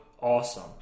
awesome